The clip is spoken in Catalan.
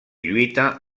lluita